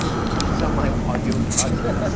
he is on my audio podcast.